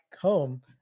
home